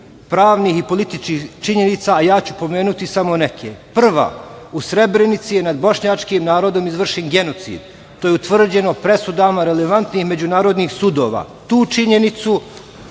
pravnih i političkih činjenica, a ja ću pomenuti samo neke. Prva. U Srebrenici je nad bošnjačkim narodom izvršen genocid. To je utvrđeno presudama relevantnih međunarodnih sudova. Tu činjenicu